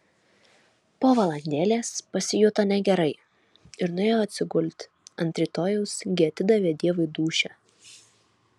po valandėlės pasijuto negerai ir nuėjo atsigulti ant rytojaus gi atidavė dievui dūšią